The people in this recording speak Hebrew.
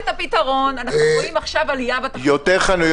אם בדיונים